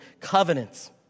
covenants